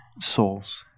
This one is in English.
souls